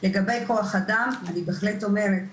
לגבי כוח אדם אני בהחלט אומרת,